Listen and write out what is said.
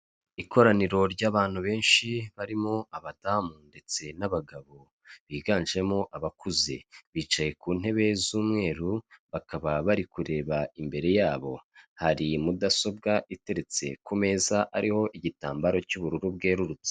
Ikoraniro ry'abantu benshi barimo abadamu ndetse n'abagabo, biganjemo abakuze, bicaye ku ntebe z'umweru bakaba bari kureba imbere yabo, hari mudasobwa iteretse ku meza hariho igitambaro cy'ubururu bwererutse.